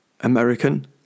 American